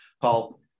Paul